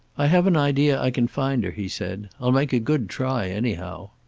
i have an idea i can find her, he said. i'll make a good try, anyhow.